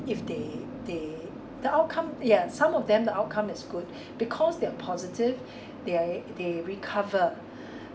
if they they the outcome yeah some of them the outcome is good because they're positive they they recover